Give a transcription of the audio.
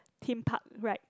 theme park ride